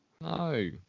No